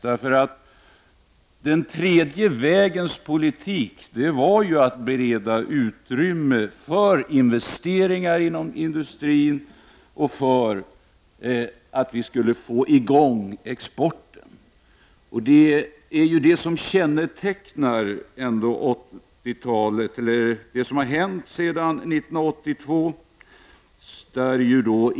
Den tredje vägens politik var att bereda utrymme för investeringar inom industrin för att vi skulle få i gång exporten. Det är ändå detta som har hänt sedan år 1982.